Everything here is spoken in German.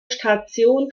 station